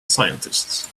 scientists